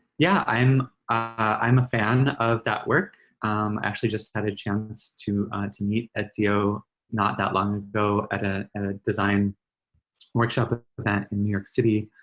yeah, i'm i'm ah fan of that work. i um actually just had a chance to to meet ezio not that long ago at a design workshop ah event in new york city.